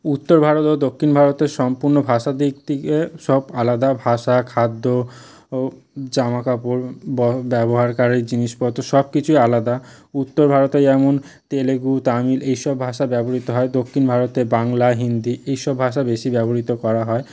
উত্তর ভারত ও দক্ষিণ ভারতের সম্পূর্ণ ভাষার দিক থেকে সব আলাদা ভাষা খাদ্য জামাকাপড় ব্যাও ব্যবহারকারী জিনিসপত্র সব কিছুই আলাদা উত্তর ভারতে যেমন তেলেগু তামিল এই সব ভাষা ব্যবহৃত হয় দক্ষিণ ভারতে বাংলা হিন্দি এই সব ভাষা বেশি ব্যবহৃত করা হয়